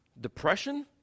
depression